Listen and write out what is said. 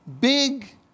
big